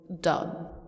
done